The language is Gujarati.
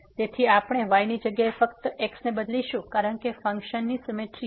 તેથી આપણે y ની જગ્યાએ ફક્ત x ને બદલીશું કારણ કે ફંક્શનની સીમેત્રી છે